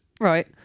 Right